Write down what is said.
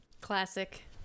Classic